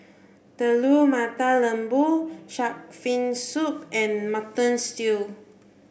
Telur Mata Lembu shark fin soup and mutton stew